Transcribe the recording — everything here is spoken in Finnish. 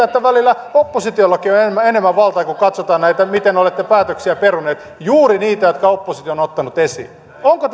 että välillä oppositiollakin on enemmän valtaa kun katsotaan miten olette päätöksiä peruneet juuri niitä jotka oppositio on ottanut esiin onko